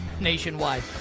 nationwide